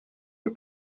her